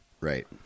Right